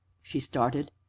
she started,